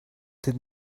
ten